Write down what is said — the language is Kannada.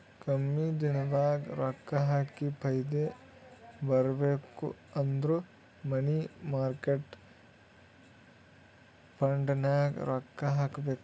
ಕಮ್ಮಿ ದಿನದಾಗ ರೊಕ್ಕಾ ಹಾಕಿ ಫೈದಾ ಬರ್ಬೇಕು ಅಂದುರ್ ಮನಿ ಮಾರ್ಕೇಟ್ ಫಂಡ್ನಾಗ್ ರೊಕ್ಕಾ ಹಾಕಬೇಕ್